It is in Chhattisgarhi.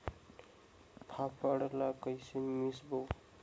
फाफण ला कइसे मिसबो?